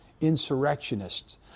insurrectionists